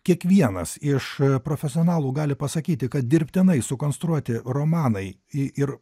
kiekvienas iš profesionalų gali pasakyti kad dirbtinai sukonstruoti romanai ir